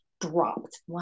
dropped